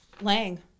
Lang